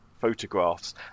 photographs